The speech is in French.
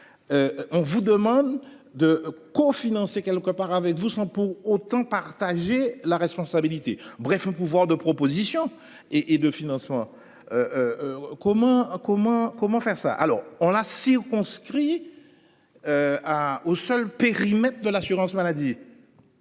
On vous demande de cofinancer quelque part avec vous, sans pour autant partager la responsabilité. Bref, le pouvoir de proposition et et de financement. Commun hein comment comment faire ça. Alors on a circonscrit. À au seul périmètre de l'assurance maladie.